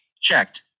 checked